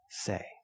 say